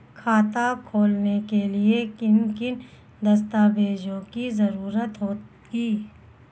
खाता खोलने के लिए किन किन दस्तावेजों की जरूरत होगी?